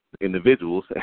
individuals